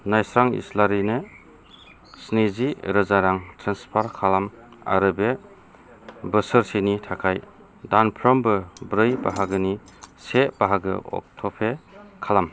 नायस्रां इस्लारिनो स्निजि रोजा रां ट्रेन्सफार खालाम आरो बे बोसोरसेनि थाखाय दानफ्रोमबो ब्रै बाहागोनि से बाहागो अट'पे खालाम